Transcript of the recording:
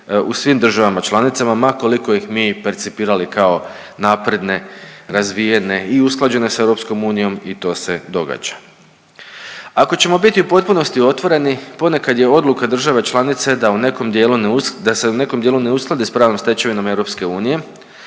u svim državama članicama ma koliko ih mi percipirali kao napredne, razvijene i usklađene sa EU i to se događa. Ako ćemo biti u potpunosti otvoreni ponekad je odluka države članice da u nekom dijelu ne us…, da se u nekom dijelu ne uskladi